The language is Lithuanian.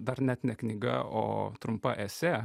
dar net ne knyga o trumpa esė